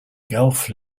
guelph